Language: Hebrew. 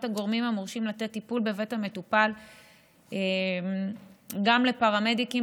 הגורמים המורשים לתת טיפול בבית המטופל גם לפרמדיקים,